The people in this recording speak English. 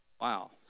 Wow